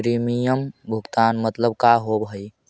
Premium भुगतान मतलब का होव हइ?